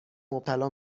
مبتلا